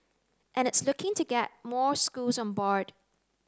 and it's looking to get more schools on board